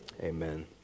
amen